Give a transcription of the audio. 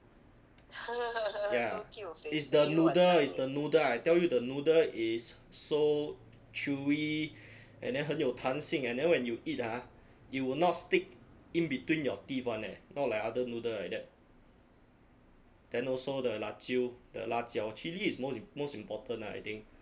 ya is the noodle is the noodle I tell you the noodle is so chewy and then 很有弹性 and then when you eat ah it will not stick in between your teeth [one] eh not like other noodle like that then also the la jiu the 辣椒 chilli is most im~ most important ah I think